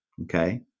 okay